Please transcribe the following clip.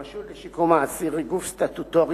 הרשות לשיקום האסיר היא גוף סטטוטורי